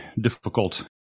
difficult